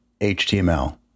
HTML